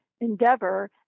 endeavor